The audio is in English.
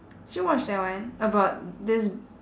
did you watch that one about this